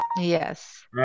Yes